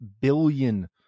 billion